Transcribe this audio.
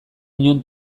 inon